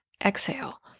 exhale